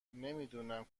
نمیدونم